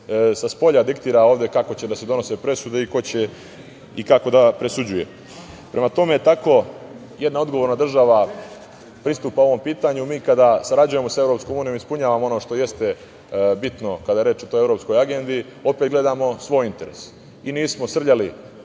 spolja ne diktira ovde kako će da se donose presude i ko će i kako da presuđuje. Prema tome, tako jedna odgovorna država pristupa ovom pitanju. Mi kada sarađujemo sa EU ispunjavamo ono što jeste bitno kada je reč o toj evropskoj agendi, opet gledamo svoj interes i nismo srljali